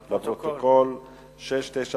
למרות שדינו